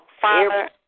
Father